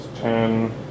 ten